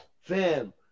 Fam